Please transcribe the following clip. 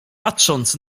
patrząc